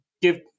give